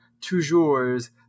Toujours